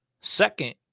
second